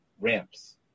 ramps